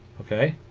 okay